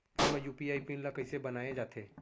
Phone म UPI PIN ल कइसे बनाये जाथे?